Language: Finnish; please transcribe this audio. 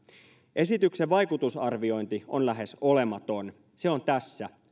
esityksen vaikutusarviointi on lähes olematon se on tässä